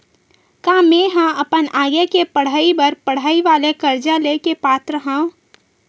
का मेंहा अपन आगे के पढई बर पढई वाले कर्जा ले के पात्र हव?